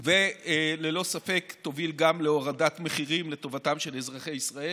ללא ספק יובילו גם להורדת מחירים לטובתם של אזרחי ישראל.